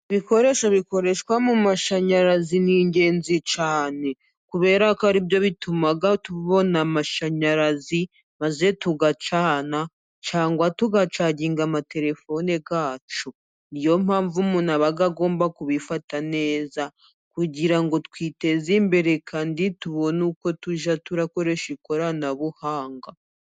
Ibikoresho bikoreshwa mu mashanyarazi ni ingenzi cyane, kubera ko ari byo bituma tubona amashanyarazi maze tugacana, tugacaginga amaterefone yacu. Niyo mpamvu umuntu aba agomba kubifata neza, kugira ngo twiteze imbere, kandi tubone uko tujya dukoresha ikoranabuhanga.